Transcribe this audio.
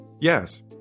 Yes